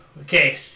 okay